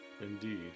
Indeed